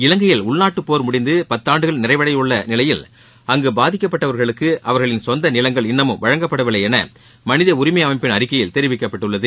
இலங்கையில் உள்நாட்டு போர் முடிந்து பத்தாண்டுகள் நிறைவடையவுள்ள நிலையில் அங்கு பாதிக்கப்பட்டவர்களுக்கு அவர்களின் சொந்த நிலங்கள் இன்னமும் வழங்கப்படவில்லை என மனித உரிமை அமைப்பின் அறிக்கையில் தெரிவிக்கப்பட்டுள்ளது